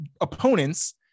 opponents